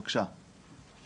בבקשה.